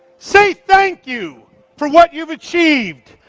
say thank you for what you've achieved.